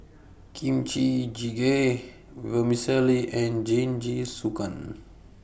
Kimchi Jjigae Vermicelli and Jingisukan